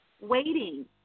waiting